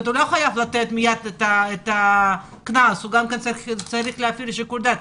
הוא לא חייב לתת מיד את הדוח אלא הוא צריך להפעיל שיקול דעת.